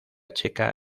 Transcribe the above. checa